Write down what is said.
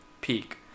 peak